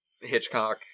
Hitchcock